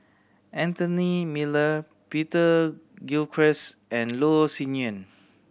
Anthony Miller Peter Gilchrist and Loh Sin Yun